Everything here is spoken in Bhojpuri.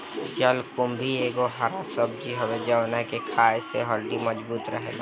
जलकुम्भी एगो हरा सब्जी हवे जवना के खाए से हड्डी मबजूत रहेला